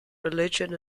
religion